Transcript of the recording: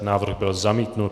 Návrh byl zamítnut.